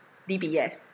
D_B_S